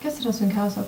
kas yra sunkiausia